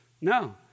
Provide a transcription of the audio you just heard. no